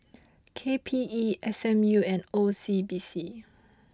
K P E S M U and O C B C